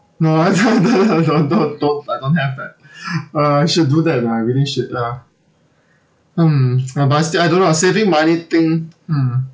no I don't don't don't don't I don't have that uh I should do that lah I really should ya hmm uh but I still I don't know ah saving money thing hmm